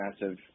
massive